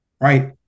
Right